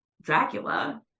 Dracula